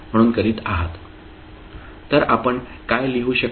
तर आपण काय लिहू शकता